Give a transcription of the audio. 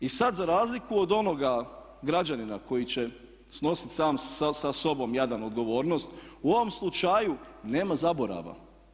I sada za razliku od onoga građanina koji će snositi sam sa sobom jadan odgovornost u ovom slučaju nema zaborava.